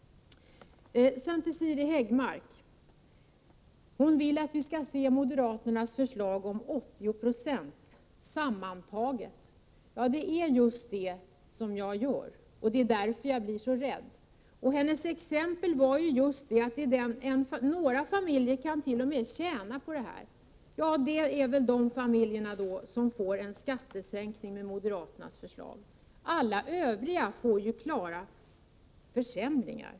Siri Häggmark vill att vi skall se moderaternas förslag om 80 96 sammantaget. Det är just det som jag gör. Det är därför jag blir så rädd. Siri Häggmarks exempel var just att några familjer t.o.m. kan tjäna på detta. Ja, det är väl de familjerna som får en skattesänkning med moderaternas förslag. Alla övriga får klara försämringar.